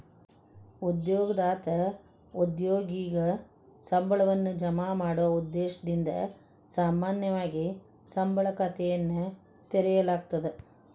ಉದ್ಯೋಗದಾತ ಉದ್ಯೋಗಿಗೆ ಸಂಬಳವನ್ನ ಜಮಾ ಮಾಡೊ ಉದ್ದೇಶದಿಂದ ಸಾಮಾನ್ಯವಾಗಿ ಸಂಬಳ ಖಾತೆಯನ್ನ ತೆರೆಯಲಾಗ್ತದ